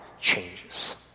changes